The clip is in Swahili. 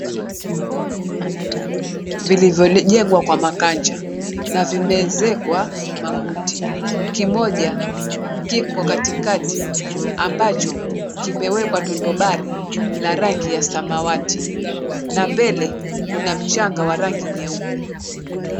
...Nne vilivyojengwa kwamakacha na zimeezekwa makuti. Kimoja kiko katikati ambacho kimewekwa tondobari la rangi ya samawati na mbele kuna mchanga wa rangi nyeupe.